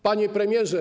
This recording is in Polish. Panie Premierze!